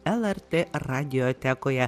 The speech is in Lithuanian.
lrt radiotekoje